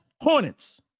Hornets